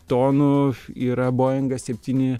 tonų yra boingas septyni